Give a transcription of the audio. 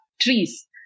trees